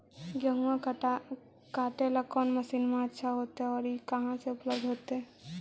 गेहुआ काटेला कौन मशीनमा अच्छा होतई और ई कहा से उपल्ब्ध होतई?